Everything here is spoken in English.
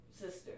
sister